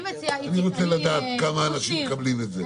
אני רוצה לדעת כמה אנשים מקבלים את זה.